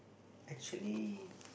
actually